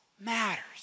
matters